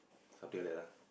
something like that lah